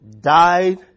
died